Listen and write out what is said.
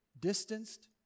distanced